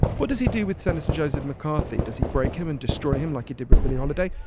what does he do with senator joseph mccarthy? does he break him and destroy him like he did with billie holiday?